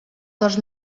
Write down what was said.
dos